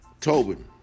Tobin